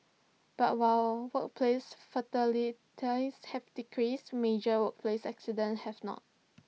but while workplace fatalities have decreased major workplace accidents have not